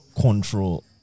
control